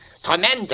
Tremendous